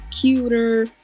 cuter